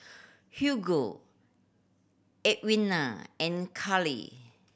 Hugo Edwina and Cali